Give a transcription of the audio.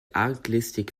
arglistig